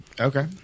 Okay